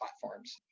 platforms